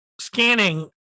scanning